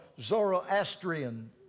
Zoroastrian